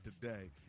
today